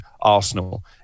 Arsenal